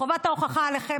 חובת ההוכחה עליכם.